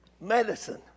Medicine